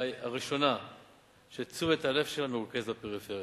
אולי הראשונה שתשומת הלב שלה מרוכזת בפריפריה,